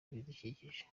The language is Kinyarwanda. ibidukikije